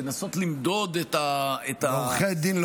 לנסות למדוד את עורכי הדין משם,